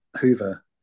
Hoover